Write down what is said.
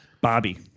Bobby